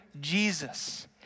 Jesus